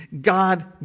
God